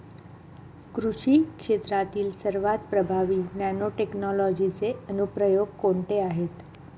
कृषी क्षेत्रातील सर्वात प्रभावी नॅनोटेक्नॉलॉजीचे अनुप्रयोग कोणते आहेत?